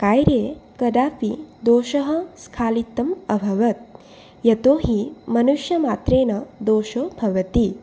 कार्ये कदापि दोषः स्खालित्यम् अभवत् यतोहि मनुष्यमात्रेण दोषो भवति